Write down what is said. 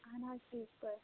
اَہَن حظ ٹھیٖک پٲٹھۍ